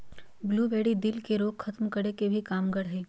blueberry, दिल के रोग खत्म करे मे भी कामगार हय